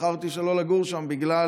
בחרתי שלא לגור שם בגלל